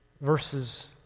Verses